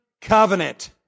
covenant